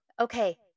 okay